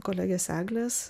kolegės eglės